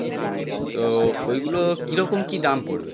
তো ওইগুলো কীরকম কী দাম পড়বে